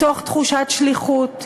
מתוך תחושת שליחות,